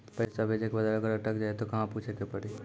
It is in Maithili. पैसा भेजै के बाद अगर अटक जाए ता कहां पूछे के पड़ी?